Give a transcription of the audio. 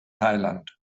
thailand